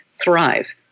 thrive